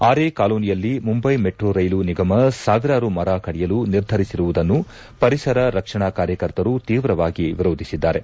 ಆರೇ ಕಾಲೋನಿಯಲ್ಲಿ Mumbai metro rail ನಿಗಮ ಸಾವಿರಾರು ಮರ ಕಡಿಯಲು ನಿರ್ಧರಿಸಿರುವುದನ್ನು ಪರಿಸರ ರಕ್ಷಣಾ ಕಾರ್ಯಕರ್ತರು ತೀವ್ರವಾಗಿ ವಿರೋಧಿಸಿದ್ದಾರೆ